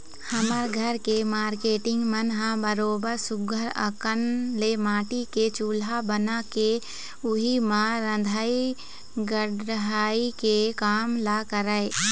हमर घर के मारकेटिंग मन ह बरोबर सुग्घर अंकन ले माटी के चूल्हा बना के उही म रंधई गड़हई के काम ल करय